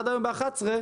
מי שנהנה מההצפה הזאת,